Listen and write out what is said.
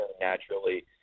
naturally